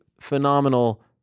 phenomenal